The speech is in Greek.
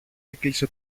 έκλεισε